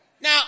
Now